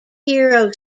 hero